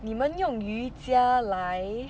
你们用瑜伽来